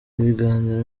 ibiganiro